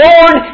Lord